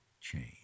change